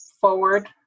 forward